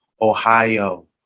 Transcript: Ohio